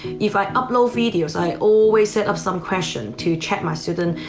if i upload videos, i always set up some question to check my students,